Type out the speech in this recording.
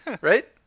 right